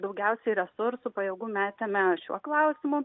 daugiausiai resursų pajėgų metėme šiuo klausimu